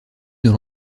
dans